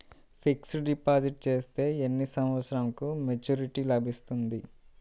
Fixed deposit చేస్తే ఎన్ని సంవత్సరంకు మెచూరిటీ లభిస్తుంది?